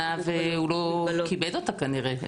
נתנו הגנה והוא לא כיבד אותה כנראה.